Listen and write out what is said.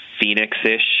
Phoenix-ish